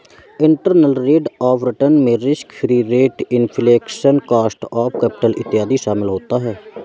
internal rate of return में risk free rate, inflation, cost of capital इत्यादि शामिल होता है